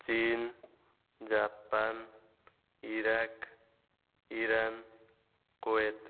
Chin Japan Iraq Iran Kuwait